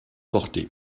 portée